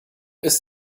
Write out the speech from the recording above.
ist